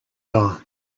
dawn